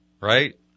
Right